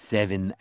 Seven